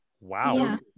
wow